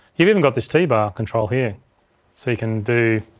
you've even got this t-bar control here so you can do,